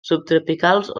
subtropicals